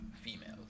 females